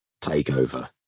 takeover